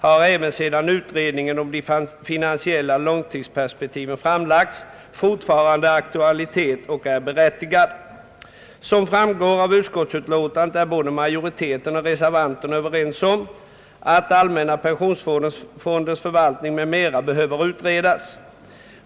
har även sedan utredningen om de finansiella långtidsperspektiven framlagts fortfarande aktualitet och är berättigad. Som framgår av utskottsutlåtandet är både majoriteten och reservanterna överens om att allmänna pensionsfondens förvaltning m.m. behöver utredas.